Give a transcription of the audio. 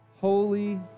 Holy